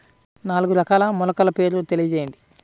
నాలుగు రకాల మొలకల పేర్లు తెలియజేయండి?